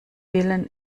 willen